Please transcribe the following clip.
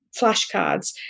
flashcards